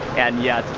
and yeah, it's